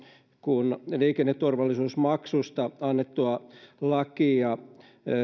kun liikenneturvallisuusmaksusta annettua lakia